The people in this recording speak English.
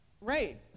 Right